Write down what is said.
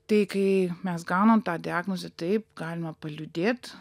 tai kai mes gaunam tą diagnozę taip galima paliūdėt